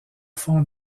fond